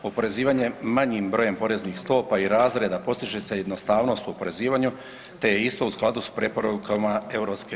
Oporezivanje manjim brojem poreznih stopa i razreda postiže se jednostavnost u oporezivanju, te je isto u skladu s preporukama Europske